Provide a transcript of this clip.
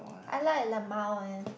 I like LMAO eh